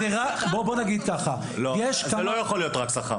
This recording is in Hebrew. בוא נגיד כך --- זה לא יכול להיות רק שכר.